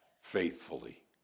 faithfully